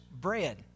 bread